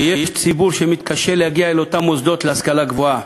ציבור שמתקשה להגיע אל אותם מוסדות להשכלה גבוהה,